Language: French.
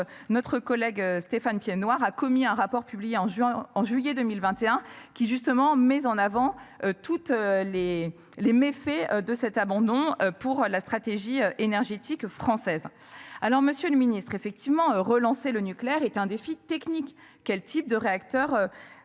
notre collègue Stéphane Piednoir a commis un rapport publié en juin en juillet 2021 qui justement mais en avant toutes les les méfaits de cet abandon pour la stratégie énergétique française. Alors Monsieur le Ministre effectivement relancer le nucléaire est un défi technique. Quel type de réacteurs.